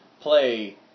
play